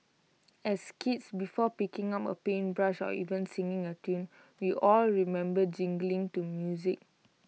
as kids before picking up A paintbrush or even singing A tune we all remember jiggling to music